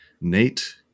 Nate